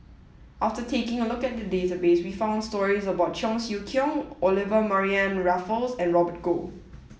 after taking a look at the database we found stories about Cheong Siew Keong Olivia Mariamne Raffles and Robert Goh